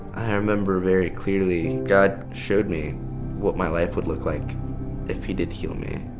i remember very clearly, god showed me what my life would look like if he did heal me,